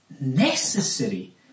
necessary